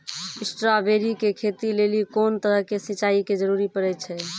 Strawberry के खेती लेली कोंन तरह के सिंचाई के जरूरी पड़े छै?